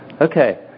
Okay